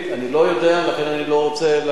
לכן אני לא רוצה להגיד לך כרגע.